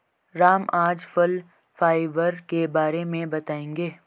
राम आज फल फाइबर के बारे में बताएँगे